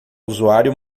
usuário